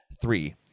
Three